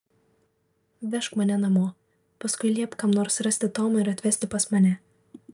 vežk mane namo paskui liepk kam nors rasti tomą ir atvesti pas mane